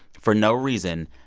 for no reason,